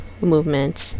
movements